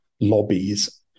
lobbies